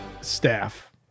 staff